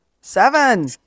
Seven